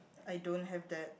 I don't have that